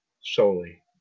solely